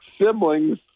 siblings